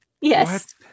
yes